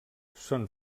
són